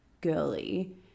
girly